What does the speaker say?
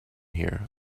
here